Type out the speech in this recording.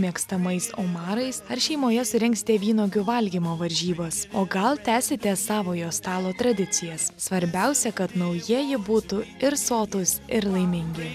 mėgstamais omarais ar šeimoje surengsite vynuogių valgymo varžybas o gal tęsite savojo stalo tradicijas svarbiausia kad naujieji būtų ir sotūs ir laimingi